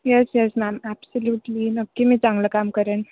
yes yes ma'am absolutely नक्की मी चांगलं काम करेन